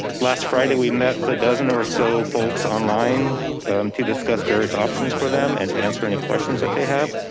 last friday, we met with a dozen or so folks online to discuss various options for them and to answer any questions that they have.